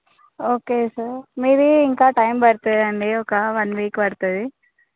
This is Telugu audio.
ఓకే సార్ మీది ఇంకా టైం పడుతుంది అండి ఒక వన్ వీక్ పడుతుంది